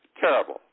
terrible